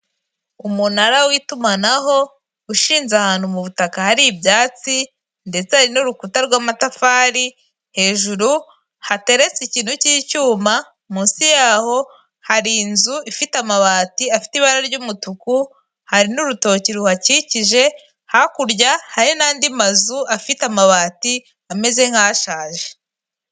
Umunara w'itumanaho ushinze ahantu mu butaka hari ibyatsi, ndetse hari n'urukuta rw'amatafari, hejuru hateretse ikintu cy'icyuma, munsi yaho hari inzu ifite amabati afite ibara ry'umutuku, hari n'urutoki ruhakikije, hakurya hari n'andi mazu afite amabati ameze nk'ashaje.